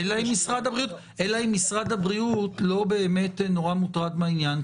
אלא אם משרד הבריאות לא באמת נורא מוטרד מהעניין,